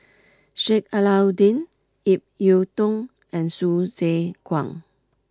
Sheik Alau'ddin Ip Yiu Tung and Hsu Tse Kwang